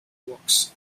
works